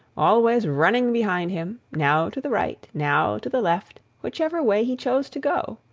always running behind him, now to the right, now to the left, whichever way he chose to go.